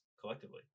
collectively